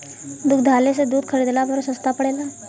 दुग्धालय से दूध खरीदला पर सस्ता पड़ेला?